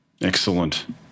Excellent